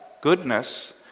goodness